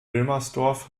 wilmersdorf